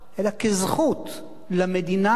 אלא כזכות למדינה,